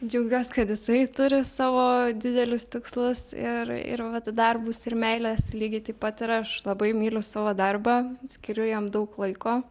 džiaugiuos kad jisai turi savo didelius tikslus ir ir vat darbus ir meiles lygiai taip pat ir aš labai myliu savo darbą skiriu jam daug laiko